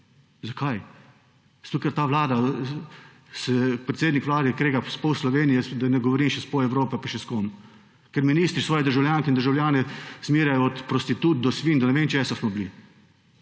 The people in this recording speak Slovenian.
Zakaj? Zato, ker ta vlada, se predsednik vlade krega s pol Slovenije, da ne govorim še s pol Evrope, pa še s kom. Ker ministri svoje državljanke in državljane zmerjajo od prostitutk do svinj, do ne vem česa smo bili.